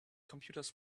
computers